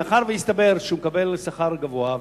מאחר שהסתבר שהוא מקבל שכר גבוה,